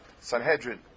Sanhedrin